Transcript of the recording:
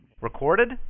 Recorded